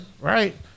right